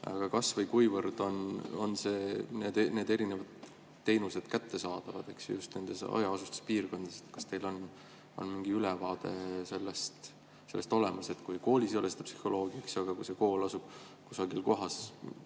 Kas või kuivõrd on need erinevad teenused kättesaadavad just nendes hajaasustuspiirkondades? Kas teil on mingi ülevaade sellest olemas, et kui koolis ei ole psühholoogi, aga kui see kool asub kusagil